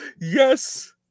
Yes